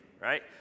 right